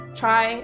try